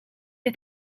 you